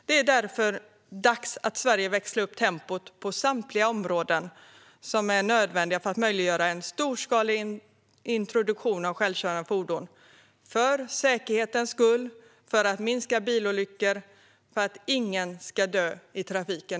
Det är därför dags att Sverige växlar upp tempot på samtliga områden som är nödvändiga för att möjliggöra en storskalig introduktion av självkörande fordon - för säkerhetens skull, för att minska antalet bilolyckor och för att ingen mer ska dö i trafiken.